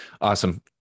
Awesome